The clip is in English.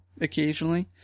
occasionally